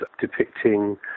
depicting